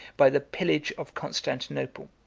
by the pillage of constantinople.